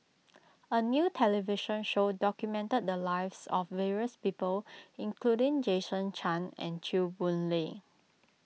a new television show documented the lives of various people including Jason Chan and Chew Boon Lay